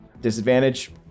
Disadvantage